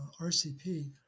RCP